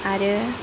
आरो